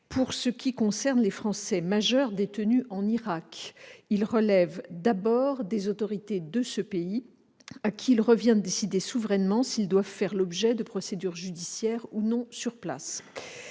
détenues. Ainsi, les Français majeurs détenus en Irak relèvent d'abord des autorités de ce pays, à qui il revient de décider souverainement s'ils doivent faire l'objet de procédures judiciaires ou non sur place.